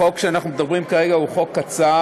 החוק שאנחנו מדברים עליו כרגע הוא חוק קצר,